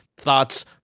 thoughts